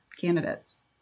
candidates